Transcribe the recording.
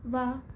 ਵਾਹ